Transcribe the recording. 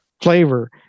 Flavor